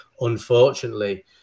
unfortunately